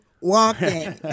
walking